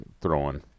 throwing